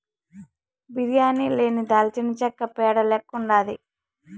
బిర్యానీ లేని దాల్చినచెక్క పేడ లెక్కుండాది